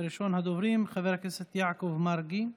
ראשון הדוברים, חבר הכנסת יעקב מרגי,